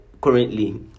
currently